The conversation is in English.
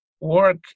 work